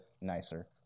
nicer